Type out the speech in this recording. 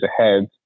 ahead